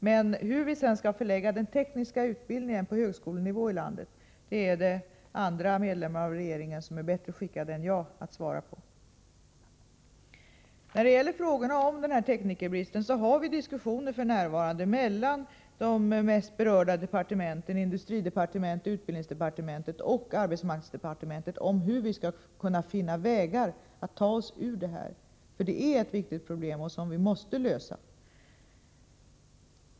Men hur vi skall förlägga den tekniska utbildningen på högskolenivå i landet är andra medlemmar av regeringen bättre skickade än jag att svara på. När det gäller frågan om teknikerbristen vill jag säga att det f.n. förs diskussioner mellan de mest berörda departementen — industridepartementet, utbildningsdepartementet och arbetsmarknadsdepartementet — om hur vi skall kunna finna vägar att ta oss ur den. Det är ett viktigt problem, som vi måste lösa.